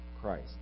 Christ